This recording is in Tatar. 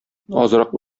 азрак